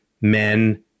men